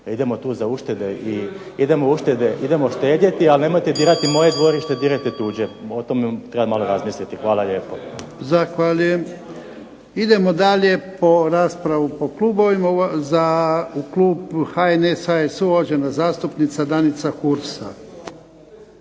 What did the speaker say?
idemo tu za uštede, idemo štedjeti ali nemojte dirati moje dvorište, dirajte tuđe. O tome treba malo razmisliti. Hvala lijepo. **Jarnjak, Ivan (HDZ)** Zahvaljujem. Idemo dalje raspravu po klubovima. Za Klub HNS, HSU uvažena zastupnica Danica Hursa.